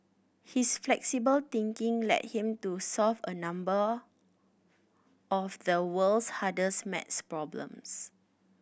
his flexible thinking led him to solve a number of the world's hardest math problems